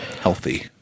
healthy